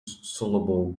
soluble